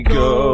go